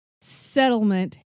settlement